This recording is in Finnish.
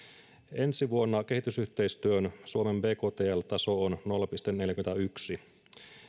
ensi vuonna kehitysyhteistyön suomen bktl taso on nolla pilkku neljäkymmentäyksi